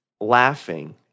laughing